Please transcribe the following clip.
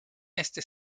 este